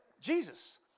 Jesus